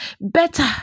better